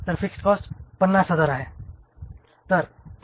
तर fixed cost 50000 आहे